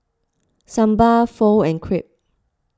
Sambar Pho and Crepe